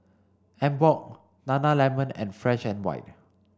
Emborg Nana Lemon and Fresh and White